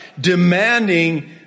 demanding